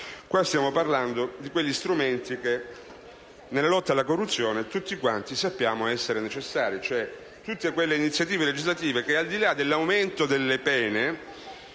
stiamo parlando di quegli strumenti che nella lotta alla corruzione tutti quanti sappiamo essere necessari, cioè delle iniziative legislative che, al di là dell'aumento delle pene,